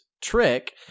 trick